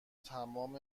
تمام